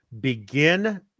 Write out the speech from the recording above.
begin